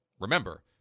remember